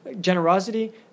generosity